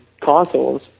consoles